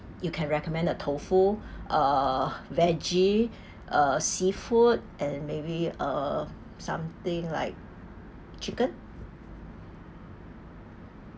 you can recommend a tofu a veggie a seafood and maybe uh something like chicken